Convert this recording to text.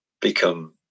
become